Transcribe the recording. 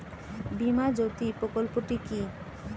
বীমা জ্যোতি প্রকল্পটি কি?